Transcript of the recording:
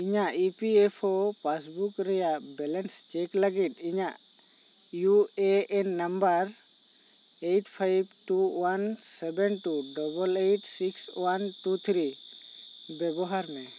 ᱤᱧᱟᱜ E P F O passbook ᱨᱮᱭᱟᱜ balance check ᱞᱟᱜᱤᱫ ᱤᱧᱟᱜ U A N number eight five two one seven two double eight six one two three ᱵᱮᱵᱚᱦᱟᱨ ᱢᱮ